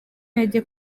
intege